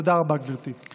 תודה רבה, גברתי.